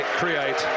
create